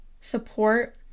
support